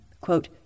quote